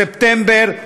ספטמבר,